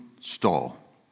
stall